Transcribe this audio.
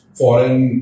foreign